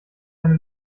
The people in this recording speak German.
eine